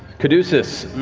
caduceus,